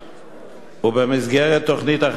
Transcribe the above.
ובמסגרת תוכנית הכנה לצה"ל,